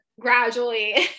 gradually